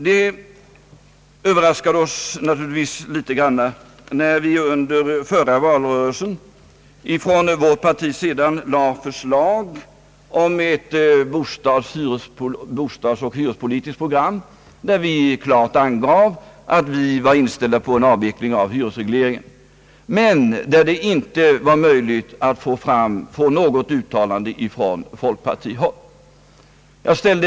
Det överraskade oss naturligtvis litet när under förra valrörelsen vårt parti lade fram förslag om ett bostadsoch hyrespolitiskt program där vi klart angav att vi var inställda på en avveckling av hyresregleringen, medan det inte var möjligt att få något uttalande från folkpartihåll.